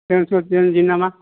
दोनथ'दिनि नामा